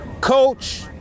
Coach